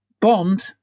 Bond